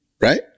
Right